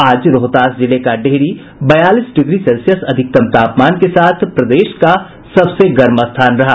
आज रोहतास जिले का डेहरी बयालीस डिग्री सेल्सियस अधिकतम तापमान के साथ प्रदेश का सबसे गर्म स्थान रहा